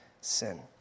Sin